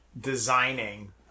designing